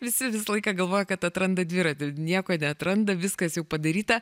visi visą laiką galvoja kad atranda dviratį ir nieko neatranda viskas jau padaryta